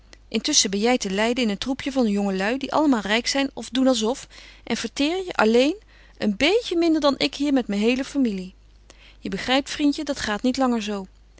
intusschen ben jij te leiden in een troepje van jongelui die allemaal rijk zijn of doen alsof en verteer je alleen een beetje minder dan ik hier met mijn heele familie je begrijpt vriendje dat gaat niet langer zoo